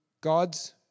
God's